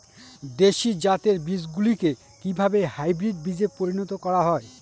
দেশি জাতের বীজগুলিকে কিভাবে হাইব্রিড বীজে পরিণত করা হয়?